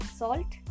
salt